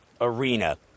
arena